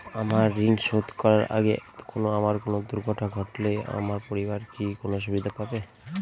আমার ঋণ শোধ করার আগে আমার দুর্ঘটনা ঘটলে আমার পরিবার কি কোনো সুবিধে পাবে?